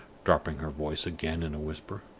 dropping her voice again in a whisper.